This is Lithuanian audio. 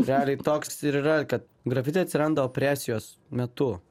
realiai toks ir yra kad grafiti atsiranda opresijos metu